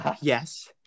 Yes